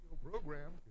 program